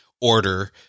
order